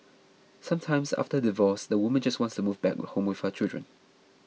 sometimes after divorce the woman just wants to move back home with her children